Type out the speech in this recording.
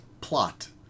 Plot